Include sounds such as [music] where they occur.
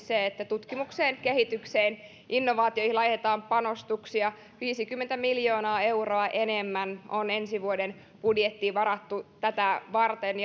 tutkimukseen kehitykseen ja innovaatioihin laitetaan panostuksia viisikymmentä miljoonaa euroa enemmän on ensi vuoden budjettiin varattu tätä varten [unintelligible]